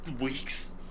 weeks